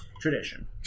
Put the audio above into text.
tradition